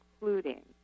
including